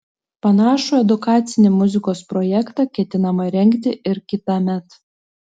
panašų edukacinį muzikos projektą ketinama rengti ir kitąmet